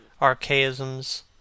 archaisms